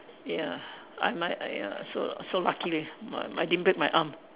ya I might ya so so lucky with I I didn't break my arm